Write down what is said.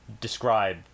describe